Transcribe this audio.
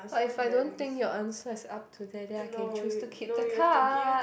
but if I don't think your answer is up to there then I can choose to keep the card